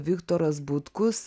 viktoras butkus